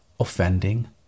Offending